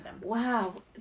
wow